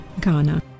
Ghana